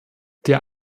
der